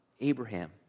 Abraham